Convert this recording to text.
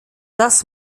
das